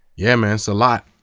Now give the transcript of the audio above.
yeah, man, it's a lot.